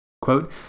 Quote